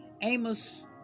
Amos